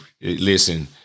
listen